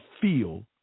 feel